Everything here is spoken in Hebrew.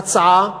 הצעה הגונה,